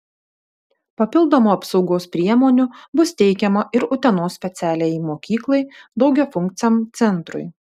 papildomų apsaugos priemonių bus teikiama ir utenos specialiajai mokyklai daugiafunkciam centrui